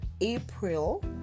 April